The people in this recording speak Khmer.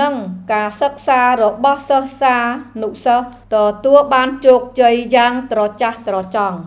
និងការសិក្សារបស់សិស្សានុសិស្សទទួលបានជោគជ័យយ៉ាងត្រចះត្រចង់។